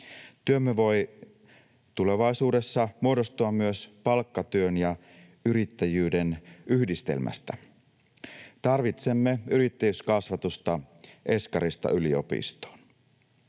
Työmme voi tulevaisuudessa muodostua myös palkkatyön ja yrittäjyyden yhdistelmästä. Tarvitsemme yrittäjyyskasvatusta eskarista yliopistoon.